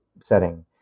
setting